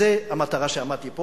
זו המטרה שלשמה עמדתי פה,